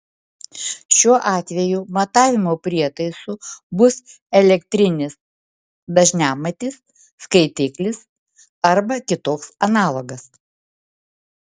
šiuo atveju matavimo prietaisu bus elektrinis dažniamatis skaitiklis arba kitoks analogas